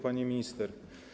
Pani Minister!